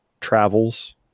travels